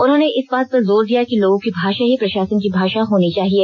उन्होंने इस बात पर जोर दिया कि लोगों की भाषा ही प्रशासन की भाषा होनी चाहिए